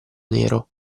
nero